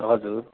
हजुर